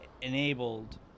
enabled